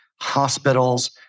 hospitals